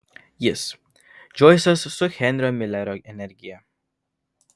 jis džoisas su henrio milerio energija